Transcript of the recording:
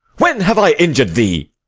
when have i injur'd thee?